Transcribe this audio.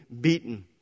beaten